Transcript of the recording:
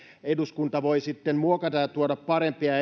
eduskunta voi sitten muokata ja tuoda parempia